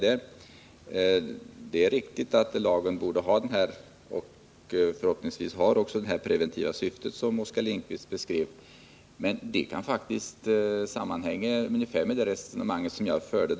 Det är riktigt att lagen bör ha— och den har det förhoppningsvis också — det preventiva syfte som Oskar Lindkvist beskrev. Men det sammanhänger faktiskt också med det resonemang som jag förde.